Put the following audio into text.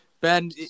Ben